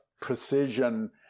precision